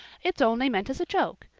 it's only meant as a joke.